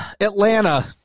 Atlanta